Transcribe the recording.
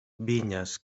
vinyes